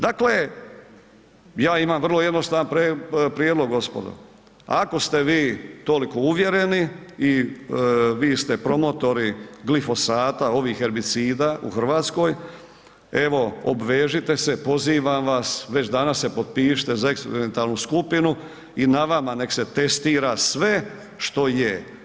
Dakle, ja imam vrlo jednostavan prijedlog gospodo, ako ste vi toliko uvjereni i vi ste promotori glifosata, ovih herbicida u Hrvatskoj, evo, obvežite se, pozivam vas, već danas se potpišite za eksperimentalnu skupinu i na vama nek se testira sve što je.